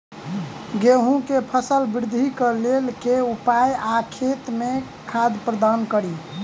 गेंहूँ केँ फसल वृद्धि केँ लेल केँ उपाय आ खेत मे खाद प्रदान कड़ी?